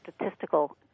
statistical